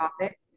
topic